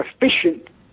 efficient